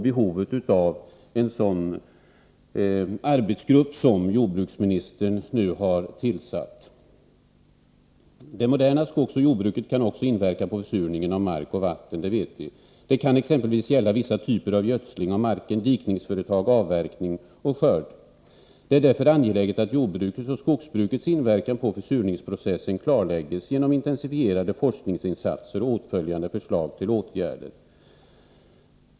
Behovet av den arbetsgrupp som jordbruksministern nu har tillsatt tyder på det. Vidare vet vi att det moderna skogsoch jordbruket påverkar försurningen av mark och vatten. Det gäller t.ex. vissa typer av gödsling av marken, dikningsföretag, avverkning och skörd. Det är därför angeläget att jordbrukets och skogsbrukets inverkan på försurningsprocessen klarläggs. Det behövs således intensifierade forskningsinsatser och åtföljande förslag till åtgärder.